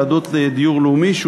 ועדות לדיור לאומי,